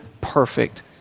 perfect